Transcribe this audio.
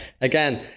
again